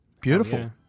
Beautiful